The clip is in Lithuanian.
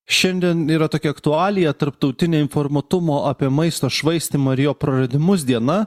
šiandien yra tokia aktualija tarptautinė informuotumo apie maisto švaistymą ir jo praradimus diena